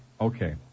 Okay